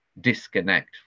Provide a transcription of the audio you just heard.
disconnect